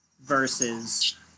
versus